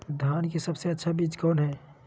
धान की सबसे अच्छा बीज कौन है?